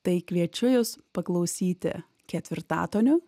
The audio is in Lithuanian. tai kviečiu jus paklausyti ketvirtatonių